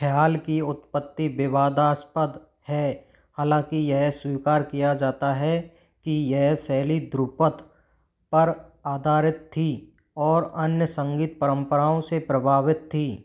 ख़याल की उत्पत्ति विवादास्पद है हालाँकि यह स्वीकार किया जाता है कि यह शैली ध्रुपद पर आधारित थी और अन्य संगीत परंपराओं से प्रभावित थी